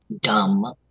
dumb